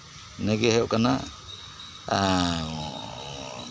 ᱤᱱᱟᱹᱜᱮ ᱦᱩᱭᱩᱜ ᱠᱟᱱᱟ ᱦᱮᱸ